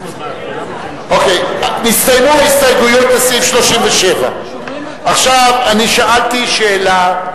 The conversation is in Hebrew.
הסתיימו ההסתייגויות לסעיף 37. עכשיו שאלתי שאלה,